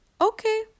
Okay